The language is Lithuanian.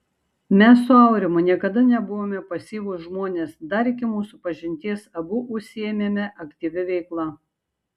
mes su aurimu niekada nebuvome pasyvūs žmonės dar iki mūsų pažinties abu užsiėmėme aktyvia veikla